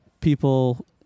people